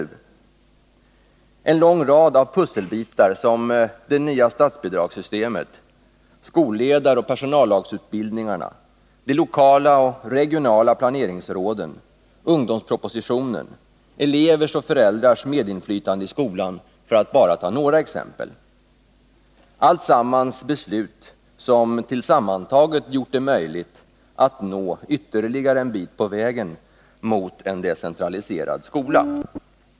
Det är en lång rad av pusselbitar, som det nya statsbidragssystemet, skolledaroch personallagsutbildningarna, de lokala och regionala planeringsråden, ung domspropositionen, elevers och föräldrars medinflytande i skolan, för att bara ta några exempel. Besluten på dessa punkter har tillsammantaget gjort det möjligt att nå ytterligare en bit på vägen mot en decentraliserad skola.